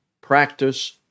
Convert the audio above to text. practice